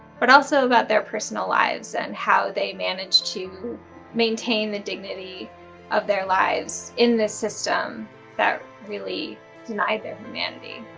but also about their personal lives and how they managed to maintain the dignity of their lives in this system that really denied their humanity.